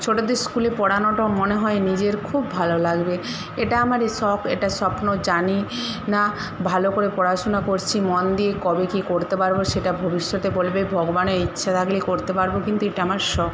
ছোটদের স্কুলে পড়ানোটাও মনে হয় নিজের খুব ভালো লাগবে এটা আমারই শখ এটা স্বপ্ন জানি না ভালো করে পড়াশুনা করছি মন দিয়ে কবে কী করতে পারবো সেটা ভবিষ্যতে বলবে ভগবানের ইচ্ছা থাকলেই করতে পারবো কিন্তু এটা আমার শখ